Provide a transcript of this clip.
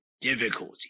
difficulty